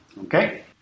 Okay